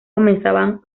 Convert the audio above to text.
comenzaban